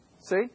See